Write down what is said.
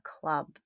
club